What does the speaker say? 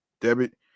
debit